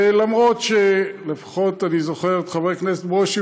ולמרות אני זוכר את חבר הכנסת ברושי